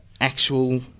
actual